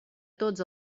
tots